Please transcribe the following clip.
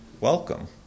welcome